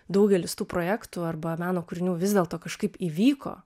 daugelis tų projektų arba meno kūrinių vis dėlto kažkaip įvyko